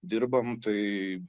dirbam tai